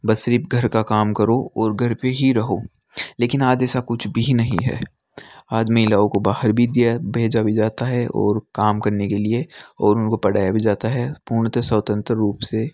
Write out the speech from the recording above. बस सिर्फ़ घर का काम करो और घर पे ही रहो लेकिन आज ऐसा कुछ भी नहीं है आज महिलाओं को बाहर भी दिया भेजा भी जाता है ओर काम करने के लिए और उनको पढ़ाया भी जाता है पूर्णत स्वतंत्र रूप से